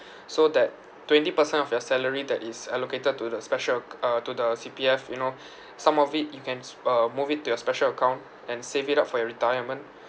so that twenty percent of your salary that is allocated to the special uh to the C_P_F you know some of it you cans uh move it to your special account and save it up for your retirement